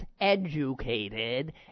educated